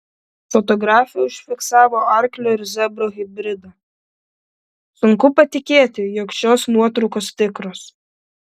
fotografė užfiksavo arklio ir zebro hibridą sunku patikėti jog šios nuotraukos tikros